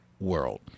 world